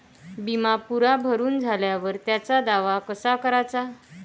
बिमा पुरा भरून झाल्यावर त्याचा दावा कसा कराचा?